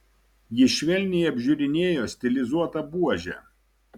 ji švelniai apžiūrinėjo stilizuotą buožę